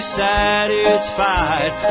satisfied